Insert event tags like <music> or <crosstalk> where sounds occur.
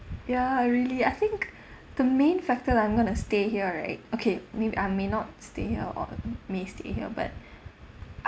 ya I really I think the main factor I'm going to stay here right okay maybe Ii may not stay here or missed here but <breath>